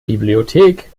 bibliothek